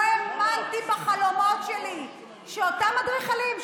לא האמנתי בחלומות שלי שאותם אדריכלים,